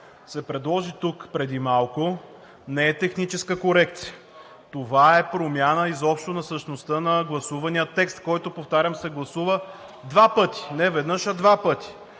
се предложи тук преди малко, не е техническа корекция. Това е промяна изобщо на същността на гласувания текст, който, повтарям, се гласува два пъти. Не веднъж, а два пъти.